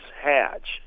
hatch